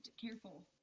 Careful